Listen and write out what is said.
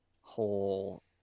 whole